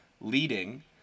leading